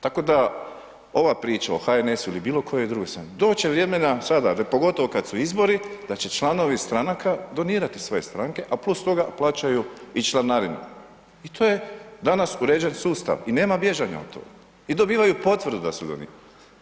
Tako da ova priča o HNS-u ili bilo kojoj drugoj stranci, doć će vremena sada pogotovo kad su izbori da će članovi stranaka donirati svoje stranke, a plus toga plaćaju i članarinu i to je danas uređen sustav i nema bježanja od toga i dobivaju potvrdu da su donirali.